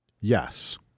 Yes